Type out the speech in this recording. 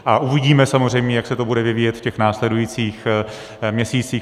A uvidíme samozřejmě, jak se to bude vyvíjet v těch následujících měsících.